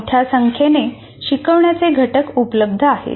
मोठ्या संख्येने शिकवण्याचे घटक उपलब्ध आहेत